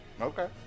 Okay